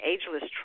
Ageless